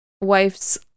wife's